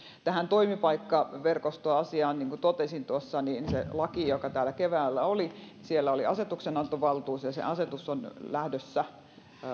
tähän toimipaikkaverkostoasiaan niin kuin totesin tuossa siellä laissa joka täällä keväällä oli oli asetuksenantovaltuus ja se asetus on lähdössä